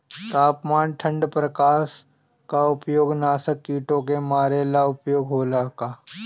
तापमान ठण्ड प्रकास का उपयोग नाशक कीटो के मारे ला उपयोग होला का?